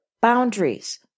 boundaries